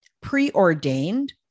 preordained